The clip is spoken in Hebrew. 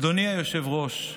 אדוני היושב-ראש,